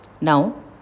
Now